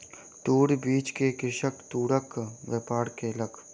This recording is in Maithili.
तूर बीछ के कृषक तूरक व्यापार केलक